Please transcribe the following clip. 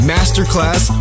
Masterclass